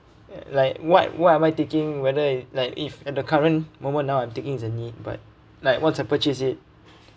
like why why am I taking whether like if at the current moment now I'm taking is a need but like once I purchase it